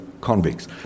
convicts